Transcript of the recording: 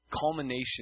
culmination